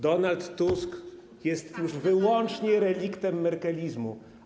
Donald Tusk jest już wyłącznie reliktem merkelizmu.